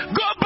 go